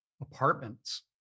apartments